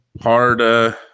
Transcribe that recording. hard